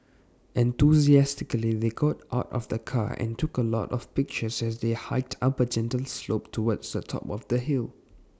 enthusiastically they got out of the car and took A lot of pictures as they hiked up A gentle slope towards the top of the hill